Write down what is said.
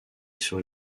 sur